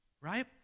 right